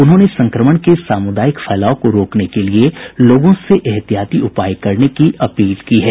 उन्होंने संक्रमण के सामुदायिक फैलाव को रोकने के लिए लोगों से ऐहतियाती उपाय करने की अपील की है